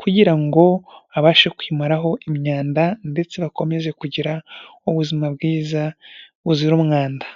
kugira ngo babashe kwimaraho imyanda, ndetse bakomeze kugira ubuzima bwiza buzira umwanda.